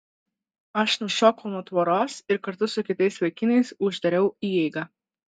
aš nušokau nuo tvoros ir kartu su kitais vaikinais uždariau įeigą